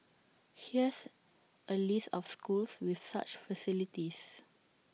here's A list of schools with such facilities